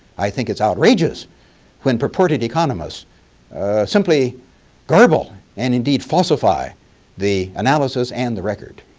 i think it's outrageous when reported economists simply garble and indeed falsify the analysis and the record.